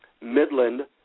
Midland